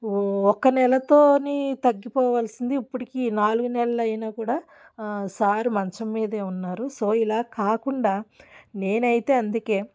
ఒక్క నెలతోని తగ్గిపోవాల్సింది ఇప్పటికి నాలుగు నెలలు అయినా కూడా సార్ మంచం మీదే ఉన్నారు సో ఇలా కాకుండా నేనైతే అందుకే